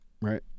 right